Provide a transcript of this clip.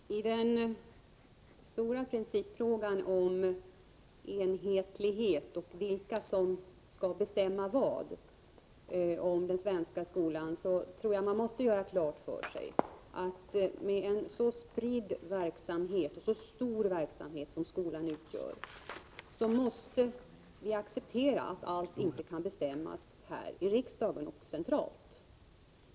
Herr talman! I den stora principfrågan om enhetlighet och vilka som skall bestämma vad beträffande den svenska skolan tror jag att man måste göra en sak klar för sig. Eftersom skolan har en så spridd och stor verksamhet måste vi acceptera att allt inte kan bestämmas här i riksdagen, centralt.